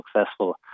successful